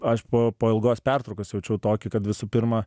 aš po po ilgos pertraukos jaučiau tokį kad visų pirma